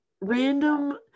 random